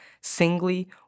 singly